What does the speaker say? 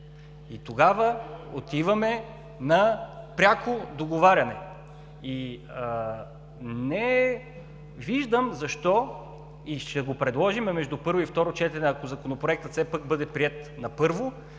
Тогава отиваме на пряко договаряне. Не виждам защо, ще го предложим между първо и второ четене, ако Законопроектът все пак бъде приет на първо